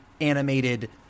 animated